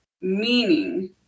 meaning